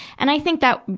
and i think that,